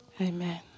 Amen